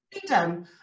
freedom